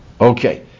Okay